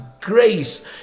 grace